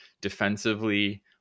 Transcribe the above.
defensively